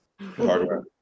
hardware